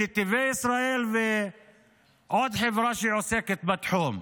לנתיבי ישראל ועוד חברה שעוסקת בתחום.